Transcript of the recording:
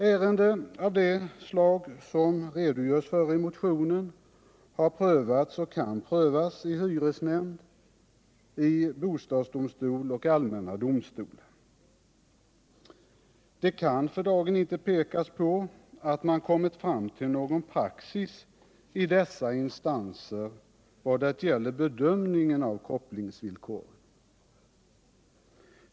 Ärenden av det slag som det redogörs för i motionen har prövats och kan prövas i hyresnämnd, i bostadsdomstol och i allmän domstol. Det kan för dagen inte pekas på att man kommit fram till någon praxis i dessa instanser vad det gäller bedömningen av kopplingsvillkor.